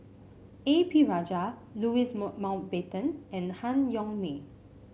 A P Rajah Louis Mountbatten and Han Yong May